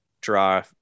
draw